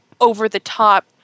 over-the-top